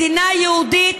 מדינה יהודית,